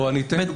אני אתן דוגמה